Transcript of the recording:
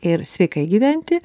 ir sveikai gyventi